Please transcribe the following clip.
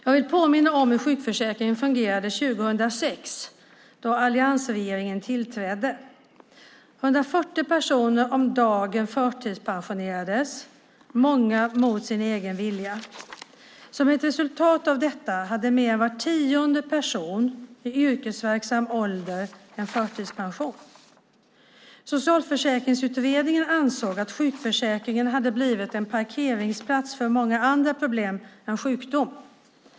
Jag vill påminna om hur sjukförsäkringen fungerade 2006 då alliansregeringen tillträdde. 140 personer om dagen förtidspensionerades, många mot sin egen vilja. Som ett resultat av detta hade mer än var tionde person i yrkesverksam ålder en förtidspension. Socialförsäkringsutredningen ansåg att sjukförsäkringen hade blivit en parkeringsplats för många andra problem än sjukdom.